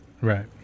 Right